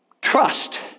trust